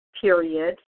period